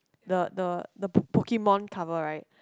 the the the po~ Pokemon cover right